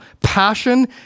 passion